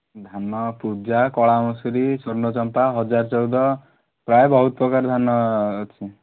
ଧାନ ପୂଜା କଳା ମଶୁରି ସ୍ୱର୍ଣ୍ଣଚମ୍ପା ହଜାର ଚଉଦ ପ୍ରାୟ ବହୁତ ପ୍ରକାର ଧାନ ଅଛି